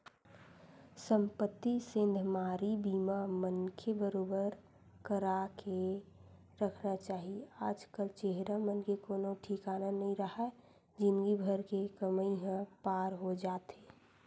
संपत्ति सेंधमारी बीमा मनखे बरोबर करा के रखना चाही आज कल चोरहा मन के कोनो ठिकाना नइ राहय जिनगी भर के कमई ह पार हो जाथे